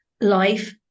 life